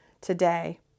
today